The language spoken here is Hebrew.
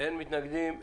אין מתנגדים.